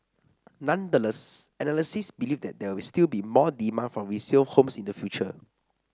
nonetheless analysts believe there will still be more demand for resale homes in the future